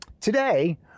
today